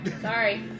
Sorry